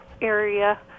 area